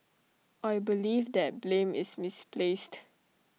I believe that blame is misplaced